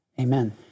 Amen